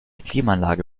klimaanlage